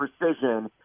precision